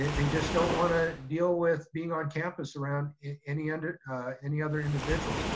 they just don't wanna deal with being on campus around any and any other individuals.